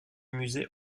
musée